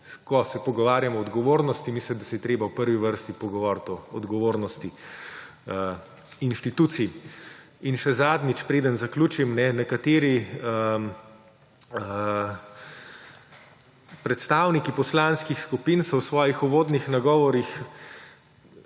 ko se pogovarjamo o odgovornosti, mislim, da se je treba v prvi vrsti pogovoriti o odgovornosti institucij. In še zadnjič, preden zaključim. Nekateri predstavniki poslanskih skupin so v svojih uvodnih nagovorih